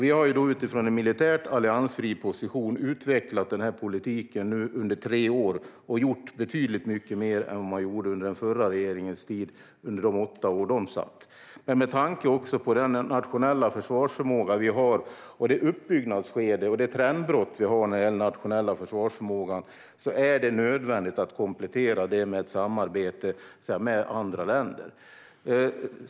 Vi har utifrån en militärt alliansfri position utvecklat denna politik under tre år och gjort betydligt mycket mer än vad som gjordes under de åtta år som den förra regeringen satt. Med tanke på den nationella försvarsförmåga, det uppbyggnadsskede och det trendbrott vi har när det gäller den nationella försvarsförmågan är det nödvändigt att komplettera med ett samarbete med andra länder.